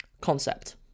concept